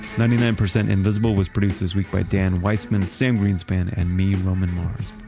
ninety nine percent invisible was produced this week by dan weisman, sam greenspan, and me, roman mars.